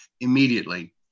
immediately